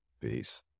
Peace